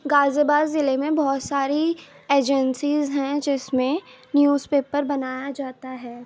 غازی آباد ضلعے میں بہت ساری ایجنسیز ہیں جس میں نیوز پیپر بنایا جاتا ہے